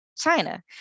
China